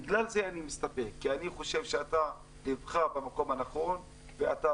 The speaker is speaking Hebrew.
אני חושב שאתה נמצא במקום הנכון ואתה